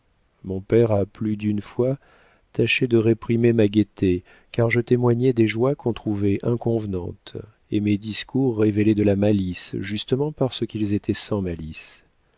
mon père a plus d'une fois tâché de réprimer ma gaieté car je témoignais des joies qu'on trouvait inconvenantes et mes discours révélaient de la malice justement parce qu'ils étaient sans malice